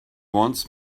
wants